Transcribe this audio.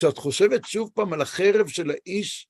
כשאת חושבת שוב פעם על החרב של האיש...